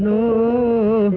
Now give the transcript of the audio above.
no